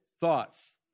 thoughts